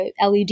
LED